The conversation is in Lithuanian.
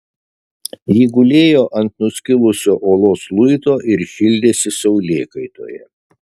ji gulėjo ant nuskilusio uolos luito ir šildėsi saulėkaitoje